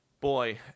boy